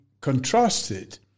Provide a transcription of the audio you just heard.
contrasted